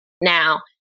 Now